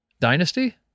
Dynasty